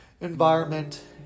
environment